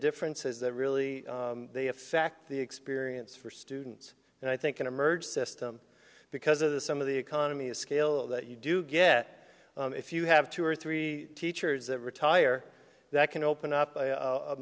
differences that really they affect the experience for students and i think in emerge system because of the some of the economies of scale that you do get if you have two or three teachers that retire that can open up